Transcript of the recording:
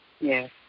Yes